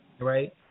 Right